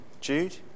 Jude